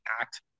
act